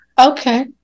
okay